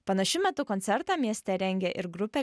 panašiu metu koncertą mieste rengė ir grupė